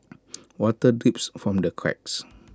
water drips from the cracks